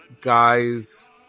Guys